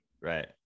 right